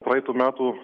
praeitų metų